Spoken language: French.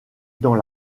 dans